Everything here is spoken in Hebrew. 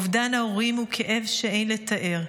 אובדן ההורים הוא כאב שאין לתאר,